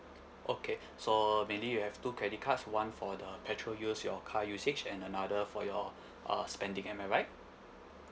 okay so mainly you have two credit cards one for the petrol use your car usage and another for your uh spending am I right